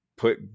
put